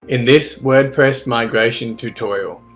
in this wordpress migration tutorial,